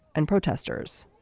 and protesters